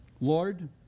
Lord